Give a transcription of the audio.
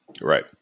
right